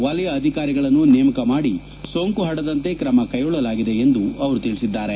ವಲಯ ಅಧಿಕಾರಿಗಳನ್ನು ನೇಮಕ ಮಾಡಿ ಸೋಂಕು ಪರಡದಂತೆ ಕ್ರಮಕ್ಟೆಗೊಳ್ಳಲಾಗಿದೆ ಎಂದು ಅವರು ತಿಳಿಸಿದ್ದಾರೆ